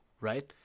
right